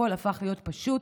הכול הפך להיות פשוט